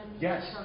Yes